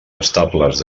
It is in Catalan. estables